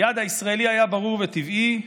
היעד הישראלי היה ברור וטבעי: